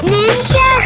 Ninja